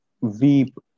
weep